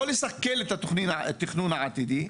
לא לסכל את התכנון העתידי,